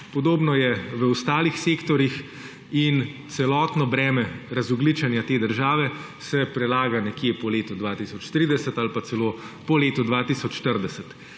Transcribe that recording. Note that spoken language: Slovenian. Podobno je v ostalih sektorjih. Celotno breme razogljičenja te države se prelaga nekam po letu 2030 ali pa celo po letu 2040,